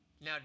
now